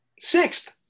Sixth